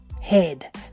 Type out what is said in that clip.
head